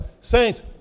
Saints